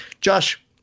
Josh